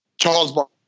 Charles